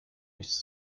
nichts